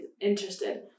interested